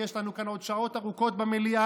יש לנו עוד שעות רבות במליאה,